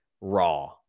raw